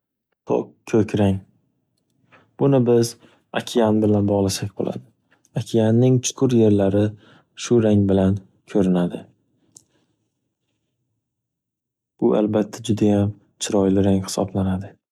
To‘q ko‘k rang. Uni biz okean bilan bog‘lasak bo‘ladi. Okeanning chuqur yerlari shu rang bilan ko‘rinadi. Bu albatta judayam chiroyli rang hisoplanadi.